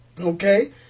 Okay